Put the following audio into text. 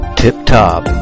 tip-top